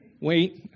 wait